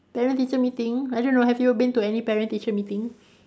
parent teacher meeting I don't know have you been to any parent teacher meeting